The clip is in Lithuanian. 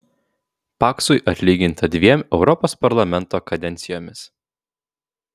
paksui atlyginta dviem europos parlamento kadencijomis